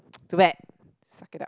too bad suck it up